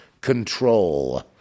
control